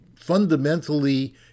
fundamentally